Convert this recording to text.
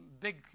big